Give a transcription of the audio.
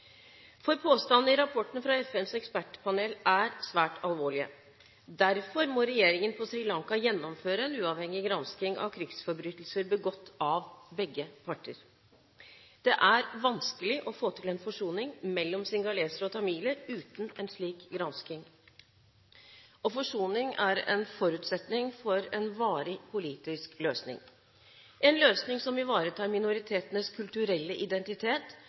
for påstandene i rapporten fra FNs ekspertpanel er svært alvorlige. Derfor må regjeringen på Sri Lanka gjennomføre en uavhengig gransking av krigsforbrytelser begått av begge parter. Det er vanskelig å få til en forsoning mellom singalesere og tamiler uten en slik gransking, og forsoning er en forutsetning for en varig politisk løsning – en løsning som ivaretar minoritetenes kulturelle identitet,